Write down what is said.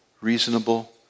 reasonable